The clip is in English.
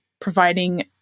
providing